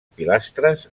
pilastres